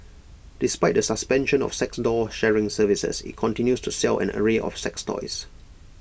despite the suspension of sex doll sharing services IT continues to sell an array of sex toys